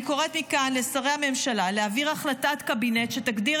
אני קוראת מכאן לשרי הממשלה להעביר החלטת קבינט שתגדיר